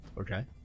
Okay